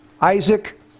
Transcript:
Isaac